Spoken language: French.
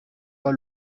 pas